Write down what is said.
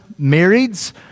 marrieds